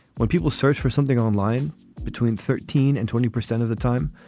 when people search for something online between thirteen and twenty percent of the time,